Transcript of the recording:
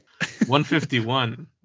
151